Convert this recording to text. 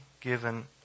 given